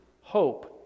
hope